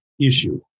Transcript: issue